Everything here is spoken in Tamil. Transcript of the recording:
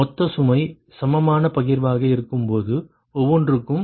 மொத்த சுமை சமமான பகிர்வாக இருக்கும்போது ஒவ்வொன்றுக்கும் 133